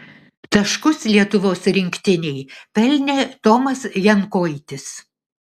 taškus lietuvos rinktinei pelnė tomas jankoitis